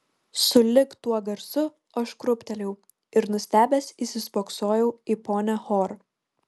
sulig tuo garsu aš krūptelėjau ir nustebęs įsispoksojau į ponią hor